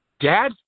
dad